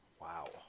Wow